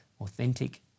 authentic